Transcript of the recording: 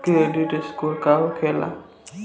Credit score का होखेला?